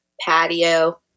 patio